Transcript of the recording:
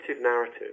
narrative